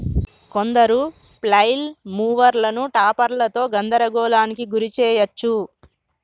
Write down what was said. కొందరు ఫ్లైల్ మూవర్లను టాపర్లతో గందరగోళానికి గురి చేయచ్చు